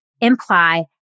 imply